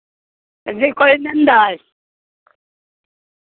ᱩᱱᱤ ᱚᱠᱚᱭᱮ ᱢᱮᱱᱫᱟᱭ